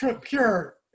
pure